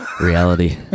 Reality